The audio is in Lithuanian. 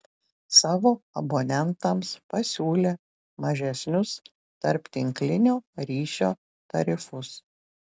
savo abonentams pasiūlė mažesnius tarptinklinio ryšio tarifus